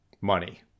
money